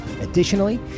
Additionally